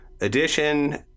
edition